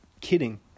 kidding